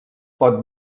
pot